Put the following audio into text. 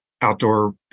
outdoor